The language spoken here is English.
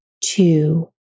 two